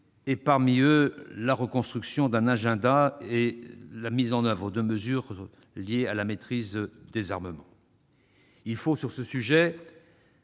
dont la reconstruction d'un agenda et la mise en oeuvre de mesures tendant à la maîtrise des armements. Il faut, sur ce sujet,